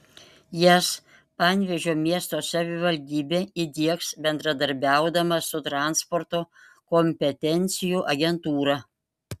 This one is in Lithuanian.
jas panevėžio miesto savivaldybė įdiegs bendradarbiaudama su transporto kompetencijų agentūra